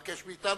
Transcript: המבקש מאתנו.